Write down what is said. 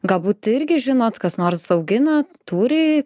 galbūt irgi žinot kas nors augina turi